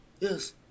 Yes